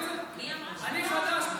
אני חדש פה,